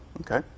Okay